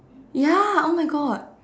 ya oh my God